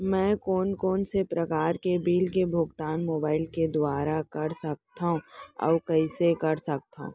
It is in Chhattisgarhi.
मैं कोन कोन से प्रकार के बिल के भुगतान मोबाईल के दुवारा कर सकथव अऊ कइसे कर सकथव?